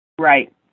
Right